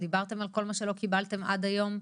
דיברתם על כל מה שלא קיבלתם עד היום?